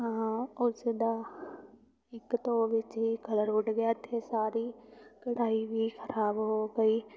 ਉਸ ਦਾ ਇੱਕ ਧੋ ਵਿੱਚ ਹੀ ਕਲਰ ਉੱਡ ਗਿਆ ਅਤੇ ਸਾਰੀ ਕਢਾਈ ਵੀ ਖਰਾਬ ਹੋ ਗਈ